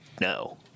No